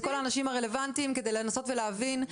כל האנשים הרלוונטיים כדי לנסות להבין.